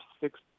six